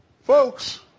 Folks